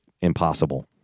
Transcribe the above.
Impossible